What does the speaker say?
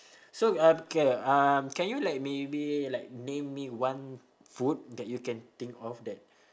so uh K um can you like maybe like name me one food that you can think of that